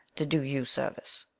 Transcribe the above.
to do you service.